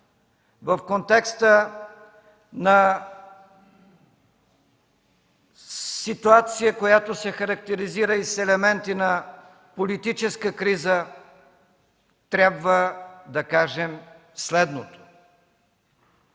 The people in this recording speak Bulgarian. в контекста на ситуация, която се характеризира и с елементи на политическа криза, трябва да кажем следното: